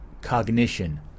cognition